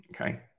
Okay